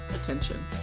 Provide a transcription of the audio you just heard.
attention